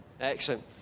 Excellent